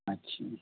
আচ্ছা